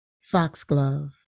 foxglove